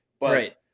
Right